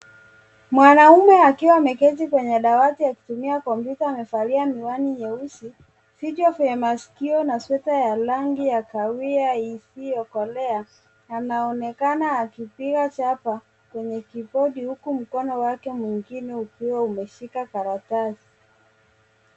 Mwanaume akiwa amketi kwenye dawati akitumia kompyuta. Amevalia miwani nyeusi vichwa vya masikio na sweta ya rangi ya kahawia hisiookolea. Anaonekana akipika chapa kwenye kibodi huku mkono wake mwingine ukiwa ameshika karatasi.